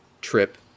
trip